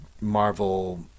Marvel